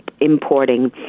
importing